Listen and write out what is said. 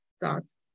thoughts